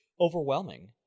overwhelming